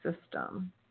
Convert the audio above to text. system